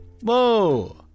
Whoa